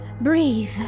Breathe